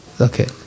Okay